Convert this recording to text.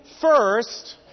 first